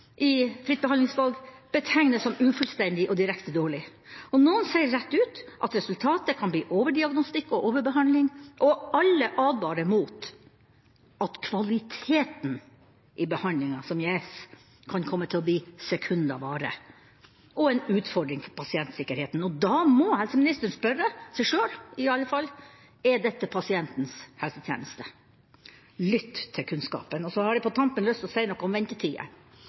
i fritt behandlingsvalg som ufullstendige og direkte dårlige. Noen sier rett ut at resultatet kan bli overdiagnostikk og overbehandling, og alle advarer mot at kvaliteten i behandlinga som gis, kan komme til å bli «sekunda vare» og en utfordring for pasientsikkerheten. Da må helseministeren iallfall spørre seg selv: Er dette pasientens helsetjeneste? Lytt til kunnskapen. Så har jeg på tampen lyst til å si noe om